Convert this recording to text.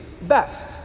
best